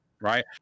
right